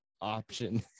option